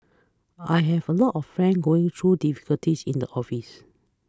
I have a lot of friends going through difficulties in the office